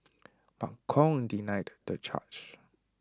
but Kong denied the charge